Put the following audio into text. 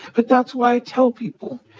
but that's why i tell people.